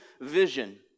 vision